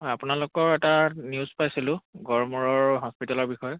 হয় আপোনালোকৰ এটা নিউজ পাইছিলোঁ গড়মূৰৰ হস্পিটেলৰ বিষয়ে